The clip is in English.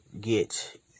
get